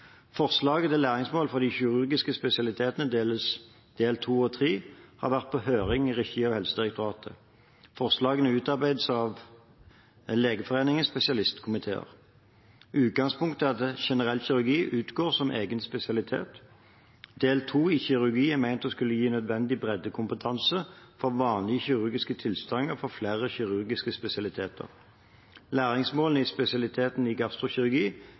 Forslag til læringsmål for de kirurgiske spesialitetenes del to og tre, altså det generelle og det spesielle, har vært på høring i regi av Helsedirektoratet, og forslagene er utarbeidet av Legeforeningens spesialitetskomiteer. Utgangspunktet er at generell kirurgi utgår som egen spesialitet. Del to i kirurgi er ment å gi den nødvendige breddekompetansen for vanlige kirurgiske tilstander for de fleste kirurgiske spesialiteter. Læringsmålene i spesialiteten i gastrokirurgi